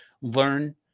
learn